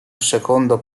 secondo